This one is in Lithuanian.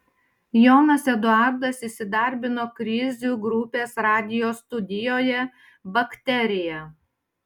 jonas eduardas įsidarbino krizių grupės radijo studijoje bakterija